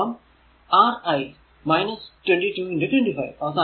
അതോടൊപ്പം lrm R i 2 2 25